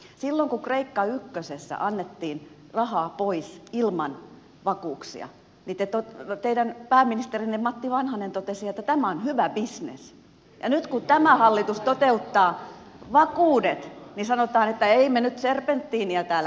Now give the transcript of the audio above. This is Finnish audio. silloin kun kreikka ykkösessä annettiin rahaa pois ilman vakuuksia teidän pääministerinne matti vanhanen totesi että tämä on hyvä bisnes ja nyt kun tämä hallitus toteuttaa vakuudet niin sanotaan että ei me nyt serpentiiniä täällä heitellä